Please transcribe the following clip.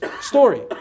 story